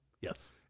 Yes